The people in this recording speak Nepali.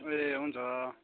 ए हुन्छ